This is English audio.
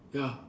ya